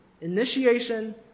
initiation